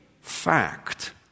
fact